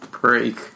break